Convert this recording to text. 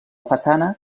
façana